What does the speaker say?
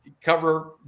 cover